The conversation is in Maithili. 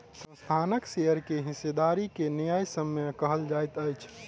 संस्थानक शेयर के हिस्सेदारी के न्यायसम्य कहल जाइत अछि